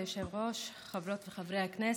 כבוד היושב-ראש, חברות וחברי הכנסת,